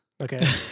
Okay